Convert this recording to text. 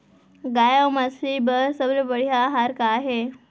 गाय अऊ मछली बर सबले बढ़िया आहार का हे?